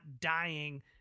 dying